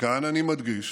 וכאן אני מדגיש,